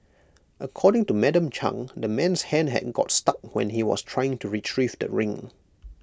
according to Madam chang the man's hand had got stuck when he was trying to Retrieve the ring